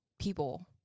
people